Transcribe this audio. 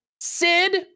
Sid